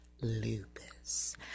Lupus